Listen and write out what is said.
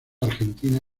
argentina